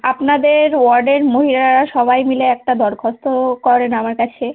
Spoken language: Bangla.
আপনাদের ওয়ার্ডের মহিলারা সবাই মিলে একটা দরখাস্ত করেন আমার কাছে